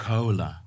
Cola